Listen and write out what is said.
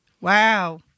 wow